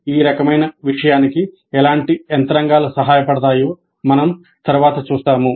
ఈ రకమైన విషయానికి ఎలాంటి యంత్రాంగాలు సహాయపడతాయో మనం తరువాత చూస్తాము